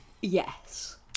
Yes